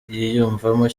yiyumvamo